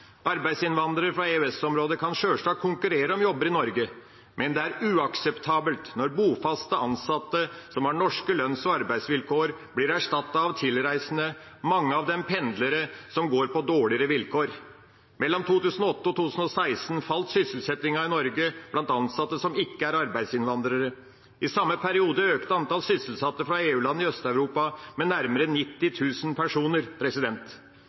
Arbeidsinnvandrere fra EØS-området kan sjølsagt konkurrere om jobber i Norge, men det er uakseptabelt når bofaste ansatte som har norske lønns- og arbeidsvilkår, blir erstattet av tilreisende, mange av dem pendlere som går på dårligere vilkår. Mellom 2008 og 2016 falt sysselsettingen i Norge blant ansatte som ikke er arbeidsinnvandrere. I samme periode økte antall sysselsatte fra EU-land i Øst-Europa med nærmere 90 000 personer.